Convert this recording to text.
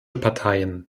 parteien